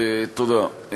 תודה.